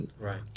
right